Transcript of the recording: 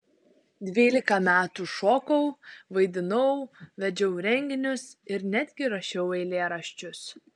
dvylika metų šokau vaidinau vedžiau renginius ir netgi rašiau eilėraščius